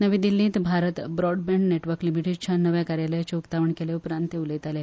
नवी दिल्लीत Bharat broadband network लिमिटेडच्या नव्या कार्यालयाचें उक्तावण केले उपरांत ते उलयताले